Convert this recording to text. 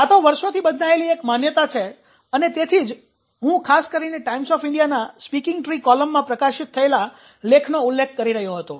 આતો વર્ષોથી બંધાયેલી એક માન્યતા છે અને તેથી જ હું ખાસ કરીને ટાઈમ્સ ઓફ ઇન્ડિયાના 'સ્પીકિંગ ટ્રી' કોલમમાં પ્રકાશિત થયેલા લેખનો ઉલ્લેખ કરી રહ્યો હતો